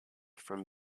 from